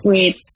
Wait